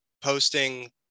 posting